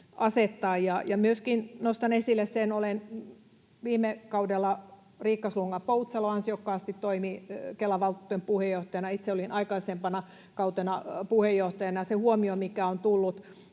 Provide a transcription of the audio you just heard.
nostan esille — viime kaudella Riikka Slunga-Poutsalo ansiokkaasti toimi Kelan valtuutettujen puheenjohtajana, itse olin aikaisempana kautena puheenjohtajana